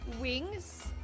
wings